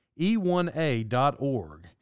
e1a.org